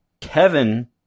Kevin